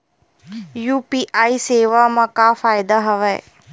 UPI सेवा मा का फ़ायदा हवे?